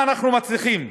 אם אנחנו מצליחים